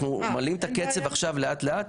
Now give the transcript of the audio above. אנחנו מעלים את הקצב עכשיו לאט לאט,